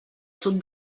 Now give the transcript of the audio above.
sud